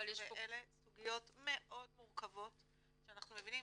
ואלה סוגיות מאוד מורכבות שאנחנו מבינים,